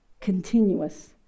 Continuous